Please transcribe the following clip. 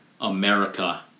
America